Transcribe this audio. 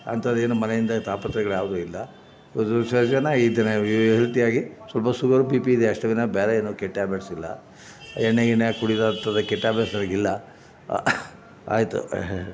ಅಂಥದ್ದೇನು ಮನೆಯಿಂದ ತಾಪತ್ರಯಗಳ್ಯಾವುದು ಇಲ್ಲ ಹೆಲ್ತಿಯಾಗಿ ಸ್ವಲ್ಪ ಶುಗರು ಬಿ ಪಿ ಇದೆ ಅಷ್ಟೇ ವಿನಹ ಬೇರೆ ಏನು ಕೆಟ್ಟ ಹ್ಯಾಬಿಟ್ಸ್ ಇಲ್ಲ ಎಣ್ಣೆ ಗಿಣ್ಣೆ ಕುಡಿಯೋವಂಥದ್ ಕೆಟ್ಟ ಹ್ಯಾಬಿಟ್ಸ್ ನನಗಿಲ್ಲ ಆಯಿತು